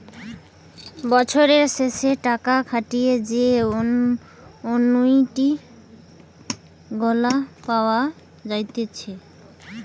বছরের শেষে টাকা খাটিয়ে যে অনুইটি গুলা পাওয়া যাইতেছে